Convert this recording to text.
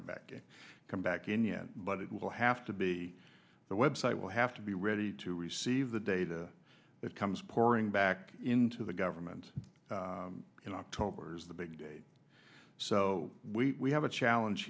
go back and come back in yet but it will have to be the website will have to be ready to receive the data that comes pouring back into the government in october is the big day so we have a challenge